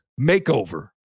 makeover